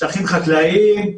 שטחים חקלאיים,